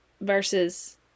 versus